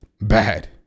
bad